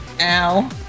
Ow